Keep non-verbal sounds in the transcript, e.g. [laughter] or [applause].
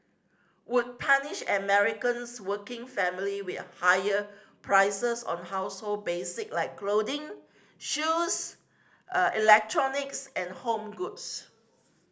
would punish Americans working families with higher prices on household basic like clothing shoes [hesitation] electronics and home goods